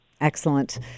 Excellent